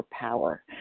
power